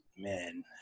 man